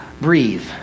breathe